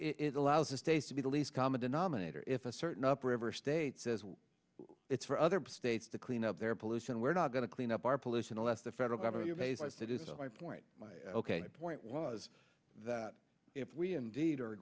is it allows the states to be the least common denominator if a certain upriver state says it's for other states to clean up their pollution we're not going to clean up our pollution unless the federal government that isn't my point ok point was that if we indeed are